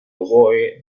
oboe